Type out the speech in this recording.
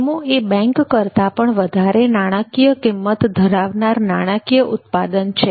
વીમો એ બેંક કરતાં પણ વધારે નાણાકીય કિંમત ધરાવનાર નાણાકીય ઉત્પાદન છે